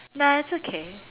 nah it's okay